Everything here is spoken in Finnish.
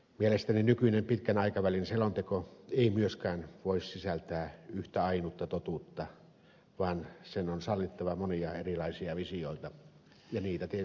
mielestäni nykyinen pitkän aikavälin selonteko ei myöskään voi sisältää yhtä ainutta totuutta vaan sen on sallittava monia erilaisia visioita ja niitä tietysti tästä salista löytyy